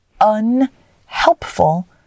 unhelpful